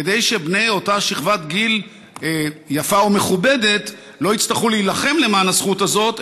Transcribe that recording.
כדי שבני אותה שכבת גיל יפה ומכובדת לא יצטרכו להילחם למען הזכות הזאת,